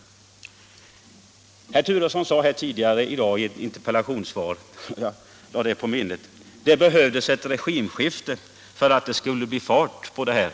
Herr Turesson sade tidigare i dag i ett interpellationssvar — jag lade det särskilt på minnet — att det behövdes ett regimskifte för att det skulle bli fart på det här.